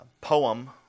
poem